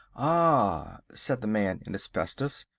ah, said the man in asbestos,